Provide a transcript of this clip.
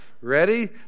Ready